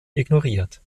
ignoriert